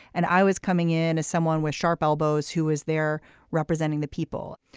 and i was coming in as someone with sharp elbows who was there representing the people.